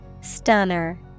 Stunner